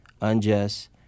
Unjust